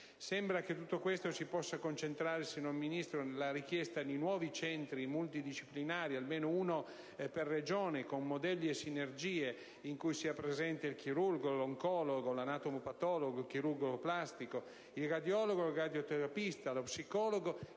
Sembra che tutto questo si possa concentrare, signor Ministro, nella richiesta di nuovi centri multidisciplinari, almeno uno per Regione, con modelli e sinergie in cui sia presente il chirurgo, l'oncologo, l'anatomopatologo, il chirurgo plastico, il radiologo, il radioterapista, lo psicologo